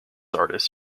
artists